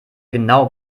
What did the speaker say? genau